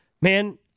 man